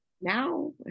now